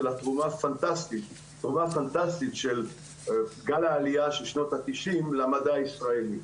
ולתגובה הפנטסטית של גל העליה של שנות התשעים למדע הישראלי.